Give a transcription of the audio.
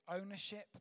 ownership